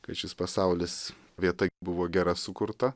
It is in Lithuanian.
kad šis pasaulis vieta buvo gera sukurta